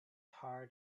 hard